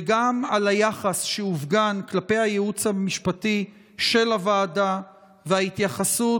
וגם על היחס שהופגן כלפי הייעוץ המשפטי של הוועדה וההתייחסות